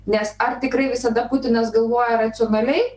nes ar tikrai visada putinas galvoja racionaliai